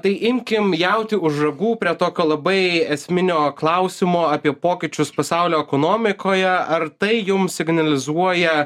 tai imkim jautį už ragų prie tokio labai esminio klausimo apie pokyčius pasaulio ekonomikoje ar tai jums signalizuoja